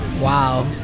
Wow